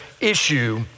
issue